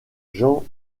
jean